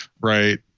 Right